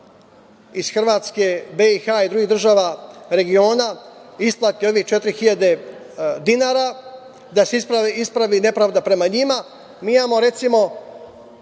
iz Hrvatske, BiH i drugih država regiona isplati ovih 4.000 dinara, da se ispravi nepravda prema njima. Mi imamo, recimo,